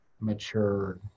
mature